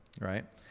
Right